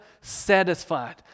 satisfied